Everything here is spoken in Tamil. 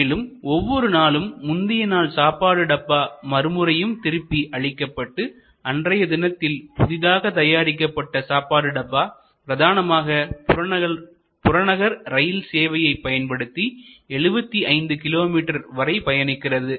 மேலும் ஒவ்வொரு நாளும் முந்தைய நாள் சாப்பாடு டப்பா மறுபடியும் திருப்பி அளிக்கப்பட்டு அன்றைய தினத்தில் புதிதாக தயாரிக்கப்பட்ட சாப்பாடு டப்பா பிரதானமாக புறநகர் ரயில் சேவையை பயன்படுத்தி 75 கிலோ மீட்டர் வரை பயணிக்கிறது